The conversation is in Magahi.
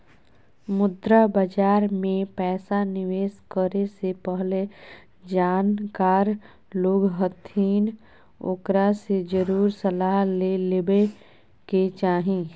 मुद्रा बाजार मे पैसा निवेश करे से पहले जानकार लोग हथिन ओकरा से जरुर सलाह ले लेवे के चाही